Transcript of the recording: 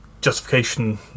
justification